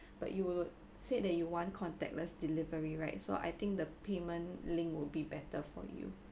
but you were said that you want contactless delivery right so I think the payment link would be better for you